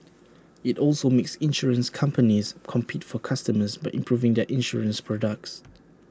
IT also makes insurance companies compete for customers by improving their insurance products